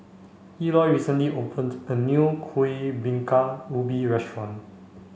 Eloy recently opened a new Kuih Bingka Ubi Restaurant